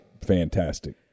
fantastic